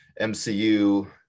mcu